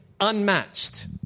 unmatched